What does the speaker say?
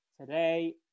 today